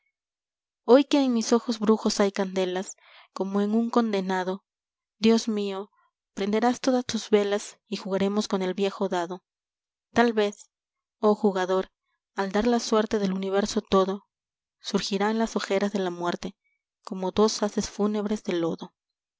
hoy que en mis ojos brujos hay candelas como en un condenado dios mío prenderás todas tus velas y jugaremos con el viejo dado talvez ho jugador al dar la suerte del universo todo surgirán las ojeras de la muerte como dos ases fúnebres de lodo